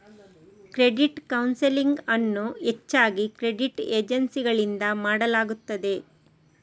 credit counselling ಅನ್ನು ಹೆಚ್ಚಾಗಿ credit ಏಜೆನ್ಸಿಗಳಿಂದ ಮಾಡಲಾಗುತ್ತದೆ